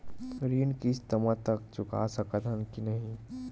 ऋण किस्त मा तक चुका सकत हन कि नहीं?